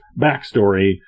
backstory